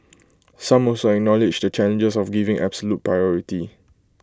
some also acknowledged the challenges of giving absolute priority